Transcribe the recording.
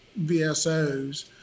VSOs